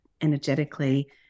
energetically